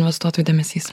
investuotojų dėmesys